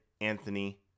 Anthony